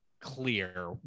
clear